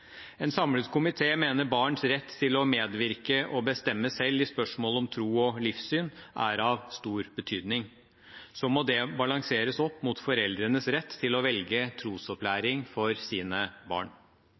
En samlet komité mener barns rett til å medvirke og bestemme selv i spørsmål om tro og livssyn er av stor betydning. Så må det balanseres opp mot foreldrenes rett til å velge